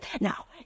Now